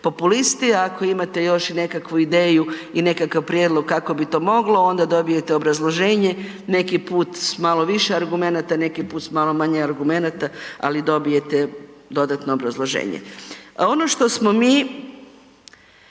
populisti, a ako imate i još nekakvu ideju i još nekakav prijedlog kako bi to moglo onda dobijete obrazloženje neki put s malo više argumenata, neki put s malo manje argumenata ali dobijete dodatno obrazloženje. Ono što smo mi